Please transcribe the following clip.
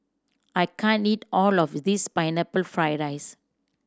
I can't eat all of this Pineapple Fried rice